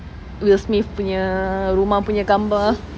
will smith punya rumah punya gambar